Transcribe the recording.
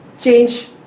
change